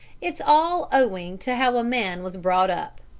it's all owing to how a man was brought up.